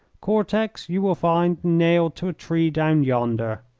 cortex you will find nailed to a tree down yonder.